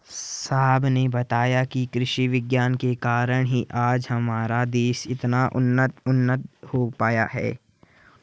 साहब ने बताया कि कृषि विज्ञान के कारण ही आज हमारा देश इतना उन्नत हो पाया है